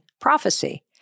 prophecy